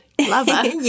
lover